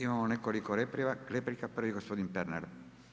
Imamo nekoliko replika, prvi gospodin Pernar.